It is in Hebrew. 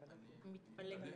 מתפלא.